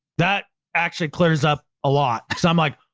that actually clears up a lot. cause i'm like,